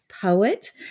poet